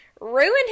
ruined